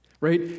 right